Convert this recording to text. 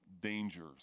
dangers